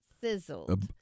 sizzled